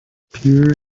pure